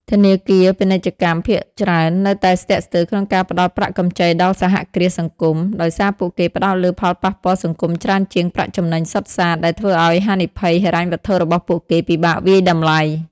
ធនាគារពាណិជ្ជកម្មភាគច្រើននៅតែស្ទាក់ស្ទើរក្នុងការផ្តល់ប្រាក់កម្ចីដល់សហគ្រាសសង្គម ដោយសារពួកគេផ្តោតលើផលប៉ះពាល់សង្គមច្រើនជាងប្រាក់ចំណេញសុទ្ធសាធ ដែលធ្វើឱ្យហានិភ័យហិរញ្ញវត្ថុរបស់ពួកគេពិបាកវាយតម្លៃ ។